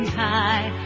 high